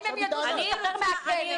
אם הם ידעו שהוא השתחרר מהכלא,